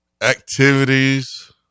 activities